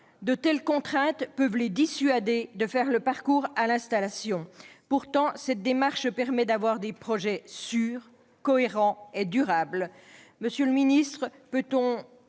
De telles contraintes peuvent les dissuader de s'engager dans le processus de l'installation. Pourtant, cette démarche permet d'avoir des projets sûrs, cohérents et durables.